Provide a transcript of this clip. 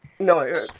No